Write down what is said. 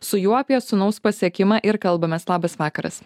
su juo apie sūnaus pasiekimą ir kalbamės labas vakaras